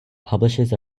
publishes